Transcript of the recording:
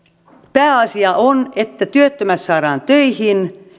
pääasia on että työttömät saadaan töihin